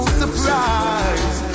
surprise